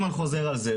חוזר על זה,